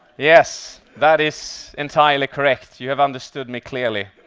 yes, that is entirely correct. you have understood me clearly